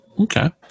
Okay